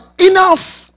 enough